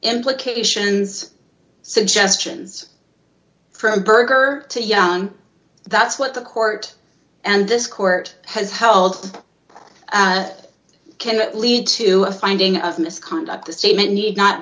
implications suggestions for a burger to young that's what the court and this court has held cannot lead to a finding of misconduct the statement need not